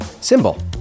Symbol